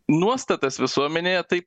nuostatas visuomenėje tai